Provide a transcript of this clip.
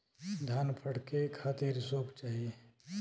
धान फटके खातिर सूप चाही